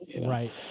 Right